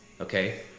okay